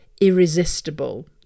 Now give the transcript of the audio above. irresistible